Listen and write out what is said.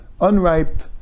unripe